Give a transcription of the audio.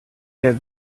der